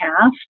half